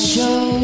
Show